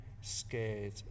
scared